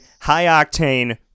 high-octane